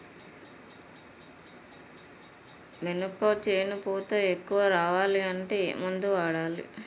మినప చేను పూత ఎక్కువ రావాలి అంటే ఏమందు వాడాలి?